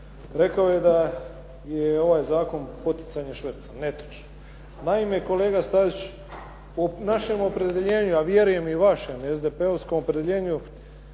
Rekao je da je ovaj zakon poticanje šverca. Netočno. Naime, kolega Stazić u našem opredjeljenju, a vjerujem i vašem SDP-ovskom opredjeljenju